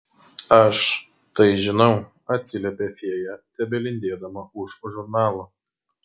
aš tai žinau atsiliepia fėja tebelindėdama už žurnalo